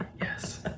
Yes